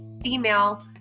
female